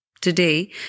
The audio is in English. Today